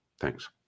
Thanks